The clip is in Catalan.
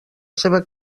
seva